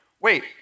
wait